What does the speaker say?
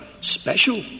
special